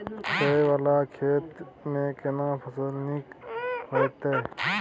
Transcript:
छै ॉंव वाला खेत में केना फसल नीक होयत?